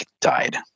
died